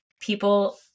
people